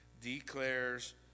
declares